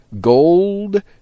Gold